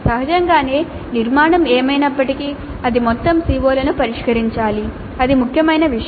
సహజంగానే నిర్మాణం ఏమైనప్పటికీ అది మొత్తం CO లను పరిష్కరించాలి అది ముఖ్యమైన విషయం